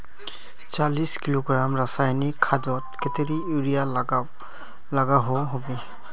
चालीस किलोग्राम रासायनिक खादोत कतेरी यूरिया लागोहो होबे?